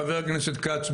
חבר הכנסת כץ,